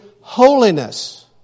holiness